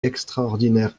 extraordinaire